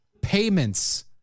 payments